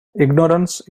ignorance